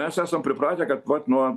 mes esam pripratę kad vat nuo